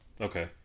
okay